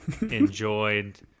enjoyed